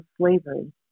slavery